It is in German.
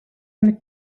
mit